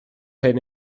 hyn